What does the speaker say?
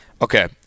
Okay